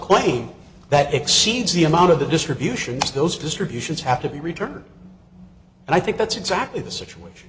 claim that exceeds the amount of the distributions those distributions have to be returned and i think that's exactly the situation